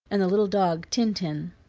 and the little dog tintin.